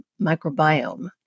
microbiome